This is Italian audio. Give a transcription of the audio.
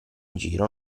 giro